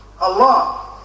Allah